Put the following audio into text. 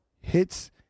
hits